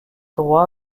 droit